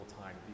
time